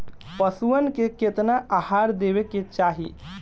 पशुअन के केतना आहार देवे के चाही?